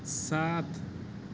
سات